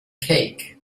cake